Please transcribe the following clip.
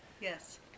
Yes